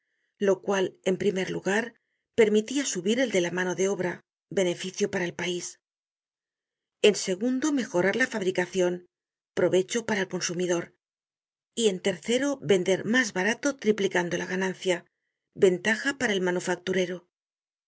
lo cual en primer lugar permitia subir el de la mano de obra beneficio para el país en segundo mejorar la fabricacion provecho para el consumidor y en tercero vender mas barato triplicando la ganancia ventaja para el manufacturero